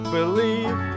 Believe